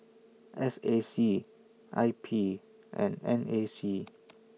S A C I P and N A C